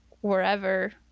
wherever